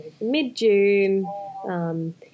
mid-June